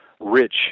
rich